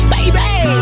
Baby